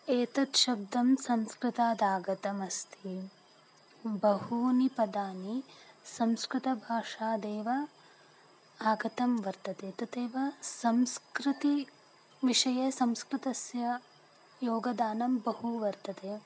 एतत् शब्दं संस्कृतात् आगतमस्ति बहूनि पदानि संस्कृतभाषादेव आगतानि वर्तन्ते तदेव संस्कृतिविषये संस्कृतस्य योगदानं बहु वर्तते